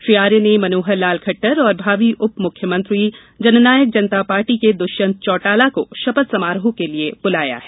श्री आर्य ने मनोहर लाल और भावी उपमुख्यमंत्री जननायक जनता पार्टी के दुष्यंत चौटाला को शपथ समारोह के लिए बुलाया है